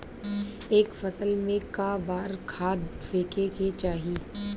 एक फसल में क बार खाद फेके के चाही?